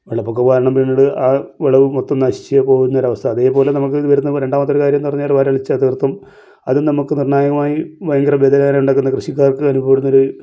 വെള്ളപ്പൊക്കം കാരണം പിന്നീട് ആ വിളവ് മൊത്തം നശിച്ച് പോകുന്നരവസ്ഥ അതേപോലെ നമുക്ക് വരുന്ന രണ്ടാമത്തൊരു കാര്യമെന്ന് പറഞ്ഞാൽ വരൾച്ച തീർത്തും അതും നമുക്ക് നിർണ്ണായകമായി ഭയങ്കര വ്യതിയാനമുണ്ടാക്കുന്ന കൃഷിക്കാർക്ക് അനുഭവപ്പെടുന്ന ഒരു